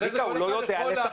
צביקה, הוא לא יודע לתכלל.